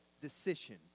decision